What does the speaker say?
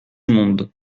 monde